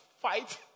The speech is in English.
fight